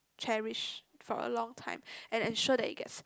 cherish for a long time and ensure that it gets